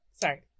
Sorry